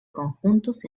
conjuntos